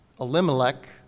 Elimelech